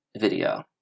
video